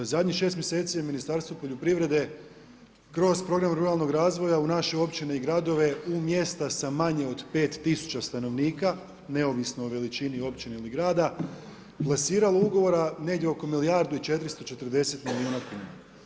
Zadnjih 6 mjeseci je Ministarstvo poljoprivrede kroz program ruralnog razvoja u naše općine i gradove u mjesta sa manje od 5 tisuća stanovnika, neovisno o veličini općine ili grada plasiralo ugovora negdje oko milijardu i 440 milijuna kuna.